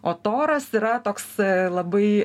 o toras yra toks labai